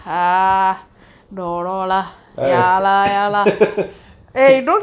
eh